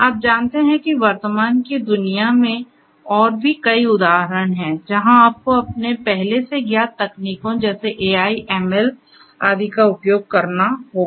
आप जानते हैं कि वर्तमान की दुनिया में और भी कई उदाहरण हैं जहां आपको अपने पहले से ज्ञात तकनीकों जैसे एआई एमएल आदि का उपयोग करना होगा